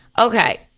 okay